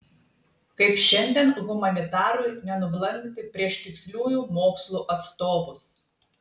kaip šiandien humanitarui nenublankti prieš tiksliųjų mokslų atstovus